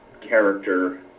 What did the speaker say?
character